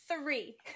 three